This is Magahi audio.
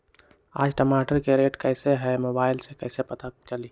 आज टमाटर के रेट कईसे हैं मोबाईल से कईसे पता चली?